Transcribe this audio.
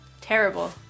terrible